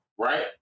right